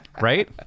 Right